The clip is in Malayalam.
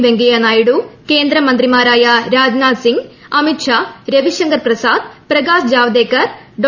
വെങ്കയ്യ നൃമ്യിൽപു കേന്ദ്രമന്ത്രിമാരായ രാജ്നാഥ് സിംഗ് അമിത് ഷീ രൂപിശങ്കർ പ്രസാദ് പ്രകാശ് ജാവദേക്കർ ഡോ